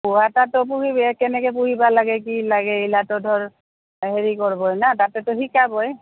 পোহাতাতো পুহিবে কেনেকে পুহিবা লাগে কি লাগে ইলাতো ধৰ হেৰি কৰবই না তাতেতো শিকাবই